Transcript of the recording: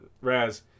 Raz